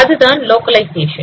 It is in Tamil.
அதுதான் லொகலைசேஷன்